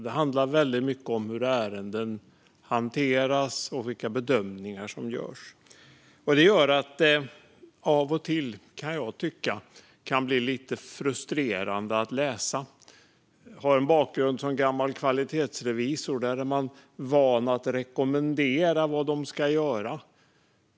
Det handlar till stor del om hur ärenden hanteras och vilka bedömningar som görs. Det gör att det av och till, kan jag tycka, kan bli lite frustrerande att läsa. Jag har bakgrund som gammal kvalitetsrevisor och är van vid att rekommendera vad som ska göras.